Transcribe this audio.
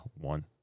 One